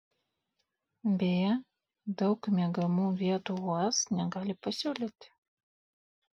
beje daug miegamų vietų uaz negali pasiūlyti